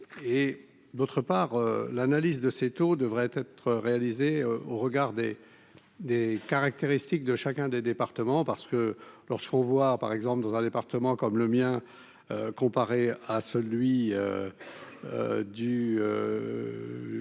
d'autre part, l'analyse de ces taux devrait être réalisé au regard des des caractéristiques de chacun des départements parce que lorsqu'on voit par exemple dans un département comme le mien, comparé à celui du